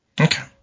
Okay